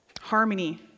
Harmony